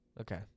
Okay